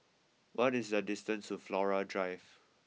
what is the distance to Flora Drive